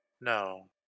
No